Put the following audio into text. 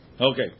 Okay